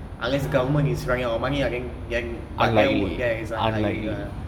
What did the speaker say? unless government is running out of money ah then then but wou~ but that is unlikely ah